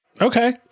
Okay